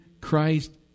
Christ